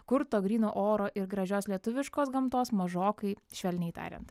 kur to gryno oro ir gražios lietuviškos gamtos mažokai švelniai tariant